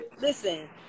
listen